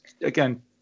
again